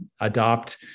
adopt